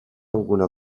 alguna